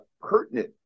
pertinent